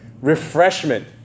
Refreshment